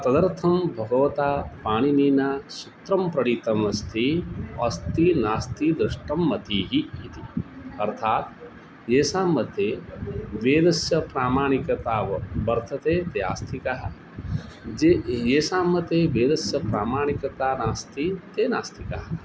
तदर्थं भगवता पाणिनीना सूत्रं पठितम् अस्ति अस्ति नास्ति दृष्टं मतीः इति अर्थात् येषां मते वेदस्य प्रामाणिकता वर् वर्तते ते आस्तिकाः ये येषां मते वेदस्य प्रामाणिकता नास्ति ते नास्तिकाः